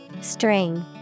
String